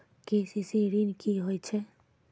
KCC ॠन की होय छै?